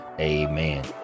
Amen